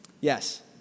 Yes